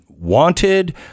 wanted